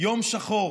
יום שחור